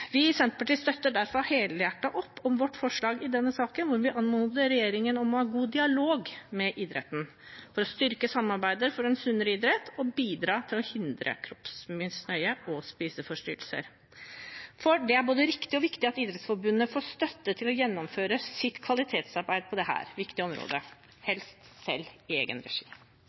Vi i Senterpartiet støtter derfor helhjertet opp om vårt forslag i denne saken, hvor vi anmoder regjeringen om å ha god dialog med idretten for å styrke samarbeidet for en sunnere idrett og bidra for å hindre kroppsmisnøye og spiseforstyrrelser. For det er både riktig og viktig at Idrettsforbundet får støtte til å gjennomføre sitt kvalitetsarbeid på dette viktige området, helst selv og i egen regi.